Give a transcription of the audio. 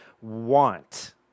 want